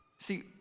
See